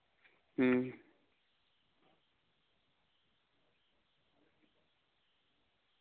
ᱦᱩᱸ